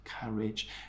courage